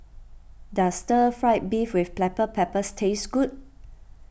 does Stir Fried Beef with Black Pepper taste good